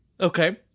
Okay